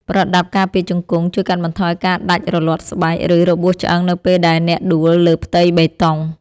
ប្រដាប់ការពារជង្គង់ ជួយកាត់បន្ថយការដាច់រលាត់ស្បែក ឬរបួសឆ្អឹងនៅពេលដែលអ្នកដួលលើផ្ទៃបេតុង។